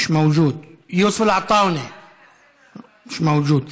מיש מווג'וד,